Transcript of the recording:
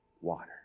water